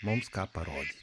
mums ką parodyti